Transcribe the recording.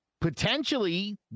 potentially